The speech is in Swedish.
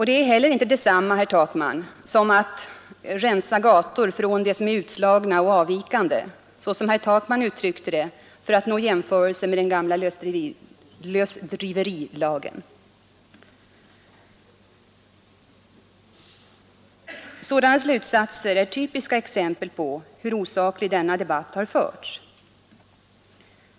De heller detsamma, herr Takman, som att rensa gatorna från utslagna och avvikande, såsom herr Takman uttryckte det för att nå en jämförelse med den gamla lösdriverilagen. Sådana slutsatser är typiska exempel på hur osakligt denna debatt har förts.